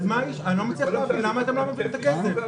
אני לא מצליח להבין למה אתם לא נותנים את הכסף.